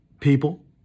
people